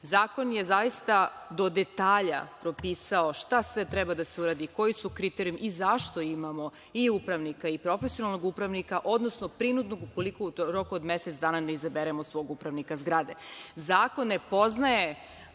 Zakon je zaista do detalja propisao šta sve treba da se uradi, koji su kriterijumi i zašto imamo i upravnika i profesionalnog upravnika, odnosno prinudnog ukoliko u roku od mesec dana ne izaberemo svog upravnika zgrade. Zakon ne poznaje